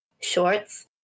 shorts